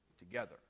together